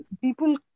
people